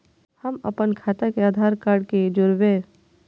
हम अपन खाता के आधार कार्ड के जोरैब?